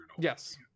yes